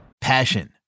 passion